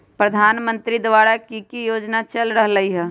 प्रधानमंत्री द्वारा की की योजना चल रहलई ह?